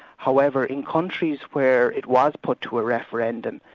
however in countries where it was put to a referendum,